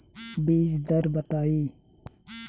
बीज दर बताई?